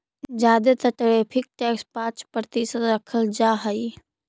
जादे तर tariff tax पाँच प्रतिशत रखल जा हई